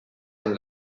amb